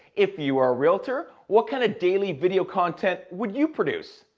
if you ah a realtor, what kind of daily video content would you produce?